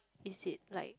is it like